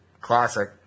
Classic